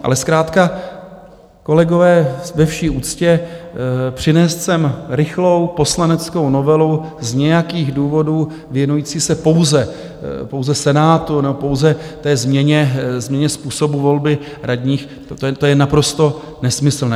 Ale zkrátka, kolegové, ve vší úctě, přinést sem rychlou poslaneckou novelu z nějakých důvodů věnující se pouze Senátu nebo pouze té změně způsobu volby radních, to je naprosto nesmyslné.